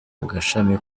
gashami